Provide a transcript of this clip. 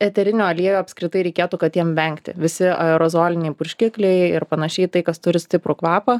eterinių aliejų apskritai reikėtų katėm vengti visi aerozoliniai purškikliai ir panašiai tai kas turi stiprų kvapą